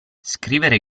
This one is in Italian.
scrivere